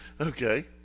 Okay